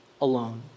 alone